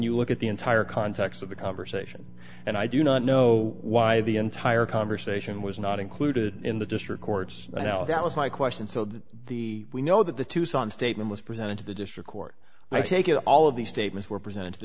you look at the entire context of the conversation and i do not know why the entire conversation was not included in the district courts and how that was my question so that the we know that the tucson statement was presented to the district court i take it all of the statements were presented a